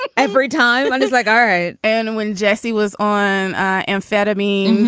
like every time. just like. um right and when jesse was on amphetamines,